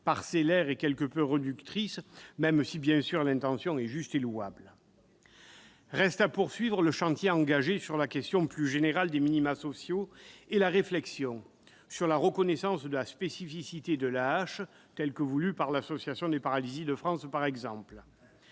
parcellaire et quelque peu réductrice, même si l'intention est évidemment louable. Reste à poursuivre le chantier engagé sur la question plus générale des minima sociaux et la réflexion sur la reconnaissance de la spécificité de l'AAH telle que voulue, par exemple, par l'Association des paralysés de France. Reste